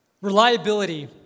Reliability